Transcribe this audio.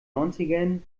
neunzigern